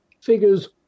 figures